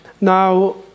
Now